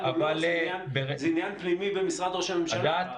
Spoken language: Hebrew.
או לא זה עניין פנימי במשרד ראש הממשלה.